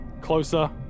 Closer